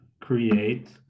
create